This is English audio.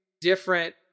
different